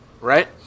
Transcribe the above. Right